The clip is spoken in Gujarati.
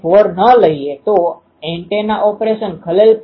આ એન્ડ ફાયર એરેનું એક ઉદાહરણ છે જ્યાં મહત્તમ એ અક્ષની દિશામાં થાય છે